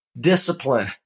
discipline